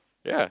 ya